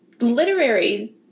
literary